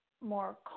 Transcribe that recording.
more